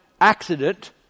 accident